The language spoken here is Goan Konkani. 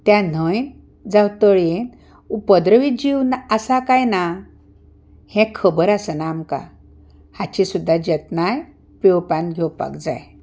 त्या न्हंयक जावं तळयेंत उपद्रवी जीव आसा काय ना हें खबर आसना आमकां हाची सुद्दां जतनाय पेंवप्यान घेवपाक जाय